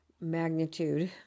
magnitude